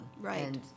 Right